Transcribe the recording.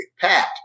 Pat